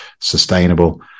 sustainable